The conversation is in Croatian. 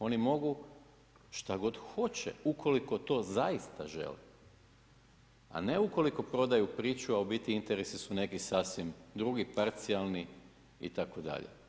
Oni mogu što god hoće ukoliko to zaista žele, a ne ukoliko prodaju priču a u biti interesi su neki sasvim drugi, parcijalni itd.